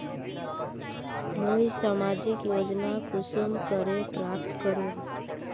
मुई सामाजिक योजना कुंसम करे प्राप्त करूम?